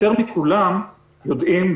יותר מכולם יודעים,